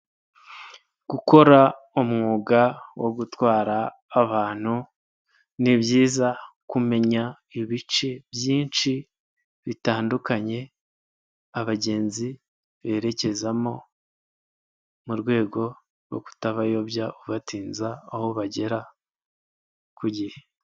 Gukora umwuga wo gutwara abantu ni byiza kumenya ibice byinshi bitandukanye abagenzi berekezamo, mu rwego rwo kutabayobya ubatinza aho bagera ku gihe.